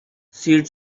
seed